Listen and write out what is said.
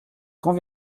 quand